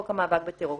חוק המאבק בטרור),